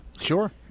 Sure